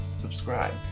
Subscribe